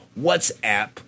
WhatsApp